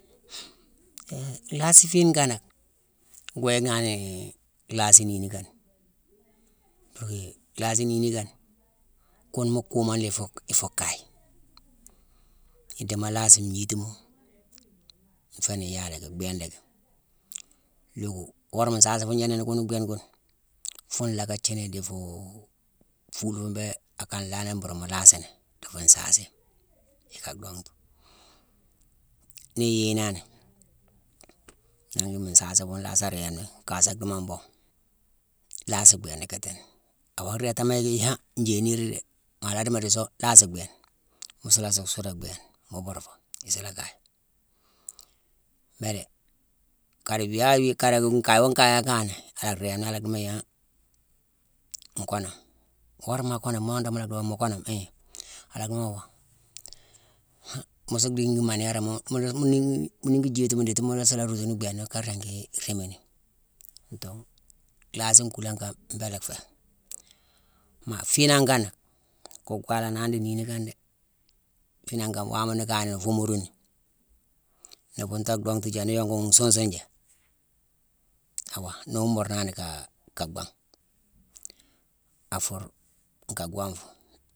Hé nlhaasi fiine kanack, go yickna ni di lhaasi ninikane. Purké lhaasi ninikane, kune mu kuumone na ifuu kaye. Idimo laasi ngnitima nfééni yalé ki: bhééne lacki, loogu. worama mu nsaasi fune gnéénameni ghune bhééne ghune, funa locka thiini di foo fule fune béé akane lanni mbuuru mu laasini di fu nsaasi ika dhongtu. Nii iyéyenani, nanghla mu nsaasi fune lasa réémeni kasa dhimo mbon laasi bhééna kitine. Awa réétamo yicki han njéye nééri dé, maa a la dimo song laasi bhééna. Mu suulasi suudé bhééna mu buurfo issula kaye. Mbéé dé, kaade biyayewi-kaade nkayoo nkaye akayeni, a la réémeni, a la dimo yicki han nkoname. Worama akoname, mu la dan mu la doo mu koname, hii, a la dimo awaa. Han mu suu nhiingi manérama-mu-mu-niingi-mu niingi jéétima dijii mu suula sa rootu bééna ka ringi réémini. Antongh lhaasi nkulane kane, mbééla fé. Maa fiinangh kanack, kune gwalanani di niini kane dé. Fiinangh kama, waama nu kayeni, nu foomaruni, nu bunta donghtu ja, nu yongughi nsunsune ja, awaa nu wumburnani kaa bhangh. A fur, nkaa gwonfu.